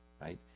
right